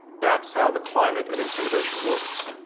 thatis how the climate of intimidation works.